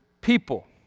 people